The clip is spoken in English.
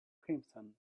crimson